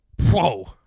Whoa